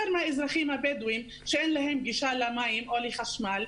מהאזרחים הבדואים שאין להם גישה למים או לחשמל,